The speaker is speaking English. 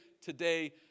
today